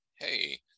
hey